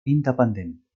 independent